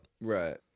Right